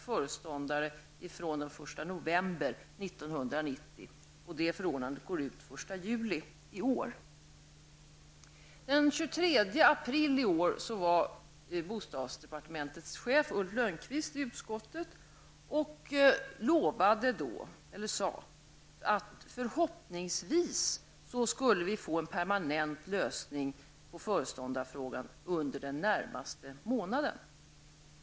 föreståndare från den 1 november 1990. Det förordnandet går ut den 1 juli i år. Ulf Lönnqvist i utskottet och sade då att förhoppningsvis skulle vi få en permanent lösning på föreståndarfrågan under den närmaste månaden.